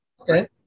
Okay